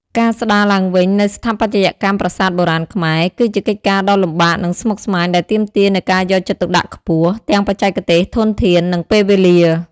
ការស្ដារឡើងវិញនូវស្ថាបត្យកម្មប្រាសាទបុរាណខ្មែរ គឺជាកិច្ចការដ៏លំបាកនិងស្មុគស្មាញ ដែលទាមទារនូវការយកចិត្តទុកដាក់ខ្ពស់ ទាំងបច្ចេកទេស ធនធាន និងពេលវេលា។